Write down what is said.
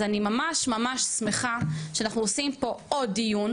אז אני ממש ממש שמחה שאנחנו עושים פה עוד דיון,